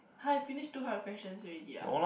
[huh] you finish two hundred questions already ah